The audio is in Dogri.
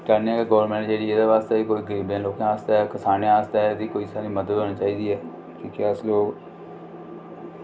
चाह्ने आं की गौरमेंट ऐ जेह्ड़ी ओह् कोई कसानै आस्तै बी मदद होनी चाहिदी ऐ क्योंकि अस लोक